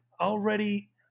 already